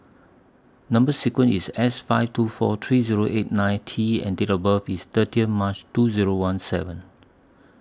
Number sequence IS S five two four three Zero eight nine T and Date of birth IS thirty March two Zero one seven